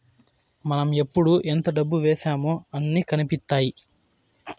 మనం ఎప్పుడు ఎంత డబ్బు వేశామో అన్ని కనిపిత్తాయి